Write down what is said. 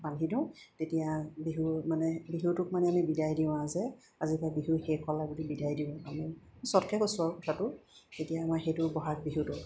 বান্ধি দিওঁ তেতিয়া বিহু মানে বিহুটোক মানে আমি বিদায় দিওঁ আৰু যে আজিকালি বিহু শেষ হ'ল বুলি বিদাই দিওঁ আমি শ্বৰ্টকৈ কৈছোঁ আৰু কথাটো তেতিয়া আমাৰ সেইটো ব'হাগ বিহুটো